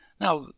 Now